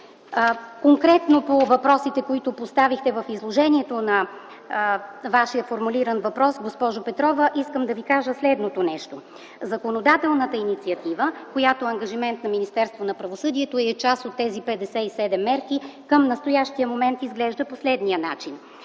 Конкретно по въпросите, които поставихте в изложението на Вашия формулиран въпрос, госпожо Петрова, искам да Ви кажа следното нещо. Законодателната инициатива, която е ангажимент на Министерството на правосъдието и е част от тези 57 мерки, към настоящия момент изглежда по следния начин: